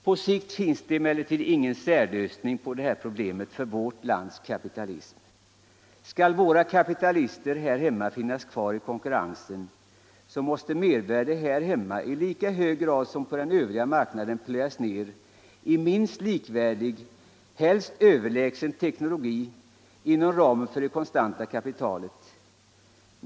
På sikt finns det emellertid ingen särlösning på det här problemet för vårt lands kapitalism. Skall våra kapitalister här hemma finnas kvar i konkurrens, måste mervärde här i landet i lika hög grad som på den övriga marknaden plöjas ner i minst likvärdig, helst överlägsen, teknologi inom ramen för det konstanta kapitalet.